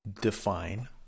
define